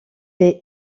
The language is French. est